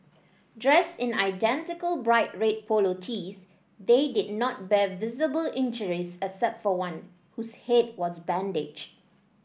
dressed in identical bright red polo tees they did not bear visible injuries except for one whose head was bandaged